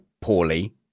poorly